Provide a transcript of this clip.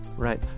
Right